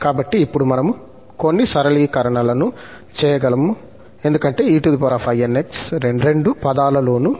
కాబట్టి ఇప్పుడు మనము కొన్ని సరళీకరణలను చేయగలము ఎందుకంటే einx రెండు పదాలలోనూ ఉంది